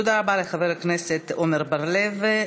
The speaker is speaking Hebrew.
תודה רבה לחבר הכנסת עמר בר-לב.